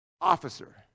officer